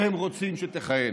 והם רוצים ממשלה שתכהן.